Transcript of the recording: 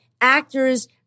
actors